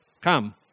Come